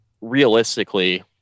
realistically